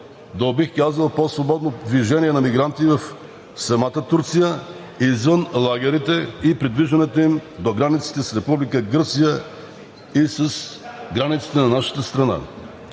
бих казал, до по-свободно движение на мигранти в самата Турция, извън лагерите, и придвижването им до границата с Република Гърция и с границите на нашата страна.